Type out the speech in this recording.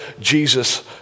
Jesus